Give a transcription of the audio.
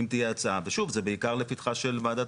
אם תהיה הצעה ושוב זה בעיקר לפתחה של וועדת